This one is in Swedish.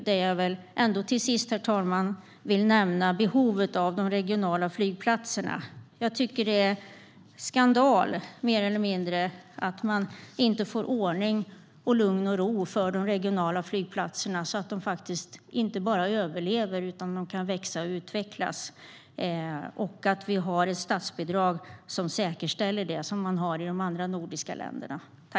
Avslutningsvis vill jag, herr talman, nämna behovet av de regionala flygplatserna. Det är mer eller mindre skandal att man inte får ordning på de regionala flygplatserna så att de inte bara överlever utan också får lugn och ro och kan växa och utvecklas. Vi behöver statsbidrag som säkerställer det på samma sätt som i de andra nordiska länderna.